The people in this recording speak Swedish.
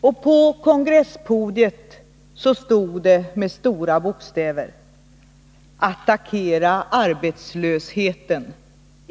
Och på kongresspodiet stod det med stora bokstäver: ”Attackera arbetslösheten.